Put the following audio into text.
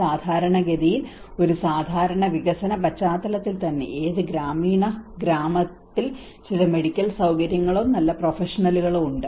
സാധാരണഗതിയിൽ ഒരു സാധാരണ വികസന പശ്ചാത്തലത്തിൽ തന്നെ എത്ര ഗ്രാമീണ ഗ്രാമങ്ങളിൽ ചില മെഡിക്കൽ സൌകര്യങ്ങളോ നല്ല പ്രൊഫഷണലുകളോ ഉണ്ട്